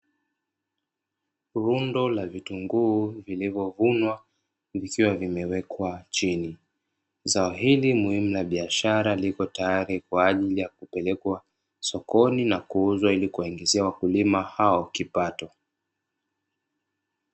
Rundo la vitunguu vilivyovunwa vikiwa vimewekwa chini, zao hili muhimu la biashara lipo tayari kwa ajili ya kupelekwa sokoni na kuuzwa ili kuwaingizia wakulima hao kipato.